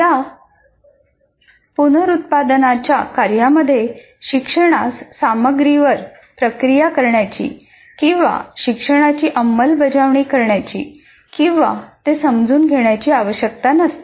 या पुनरुत्पादनाच्या कार्यांमध्ये शिक्षणास सामग्रीवर प्रक्रिया करण्याची किंवा शिक्षणाची अंमलबजावणी करण्याची किंवा ते समजून घेण्याची आवश्यकता नसते